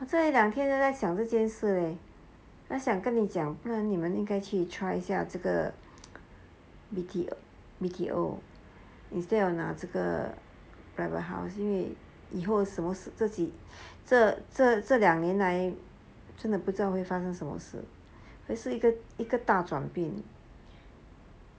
我这一两天都在想这件事 leh 想跟你讲你应该去 qu try 一下这个 B_T_O instead of 拿这个 private house 因为以后什么事自己这这这两年来真的不知道会发生什么事会是一个一个大转变